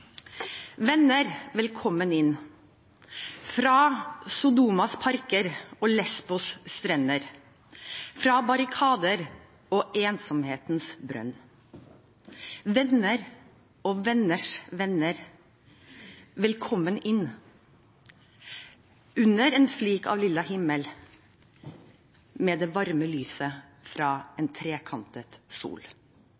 velkommen inn fra Sodomas parker og Lesbos' strender, fra barrikader og ensomhetens brønn. […] Venner og venners venner, velkommen inn under en flik av lilla himmel med det varme lyset fra en